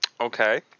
Okay